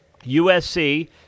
USC